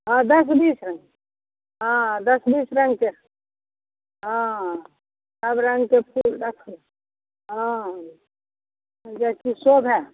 हँ दश बीस रङ्गके हँ दश बीस रङ्गके हँ सब रङ्गके फूल रखबै हँ जेकी शोभए